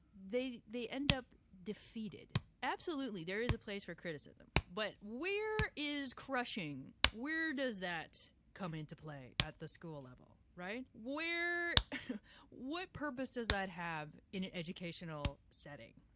they they end up defeated. absolutely, there is a place for criticism, but where is crushing? where does that come into play at the school level, right? what purpose does that have in an educational setting?